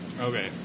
Okay